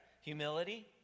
Humility